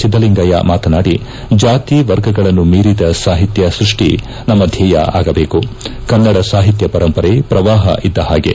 ಸಿದ್ದಲಿಂಗಯ್ಲ ಮಾತನಾಡಿ ಜಾತಿ ವರ್ಗಗಳನ್ನು ಮೀರಿದ ಸಾಹಿತ್ಯ ಸೃಷ್ಟಿ ನಮ್ನ ಧ್ಯೇಯ ಆಗಬೇಕು ಕನ್ನಡ ಸಾಹಿತ್ಯ ಪರಂಪರೆ ಪ್ರವಾಹ ಇದ್ದ ಹಾಗೆ